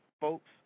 folks